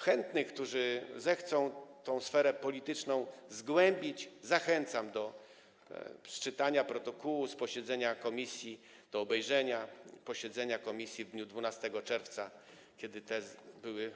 Chętnych, którzy zechcą tę sferę polityczną zgłębić, zachęcam do przeczytania protokołu z posiedzenia komisji, do obejrzenia posiedzenia komisji w dniu 12 czerwca, kiedy te tezy były